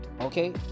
okay